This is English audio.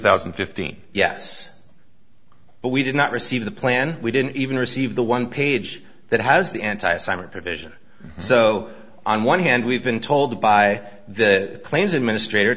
thousand and fifteen yes but we did not receive the plan we didn't even receive the one page that has the anti assignment provision so on one hand we've been told by the claims administrator